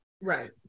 Right